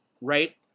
right